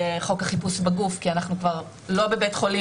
חוק החיפוש בגוף כי אנחנו כבר לא בבית חולים,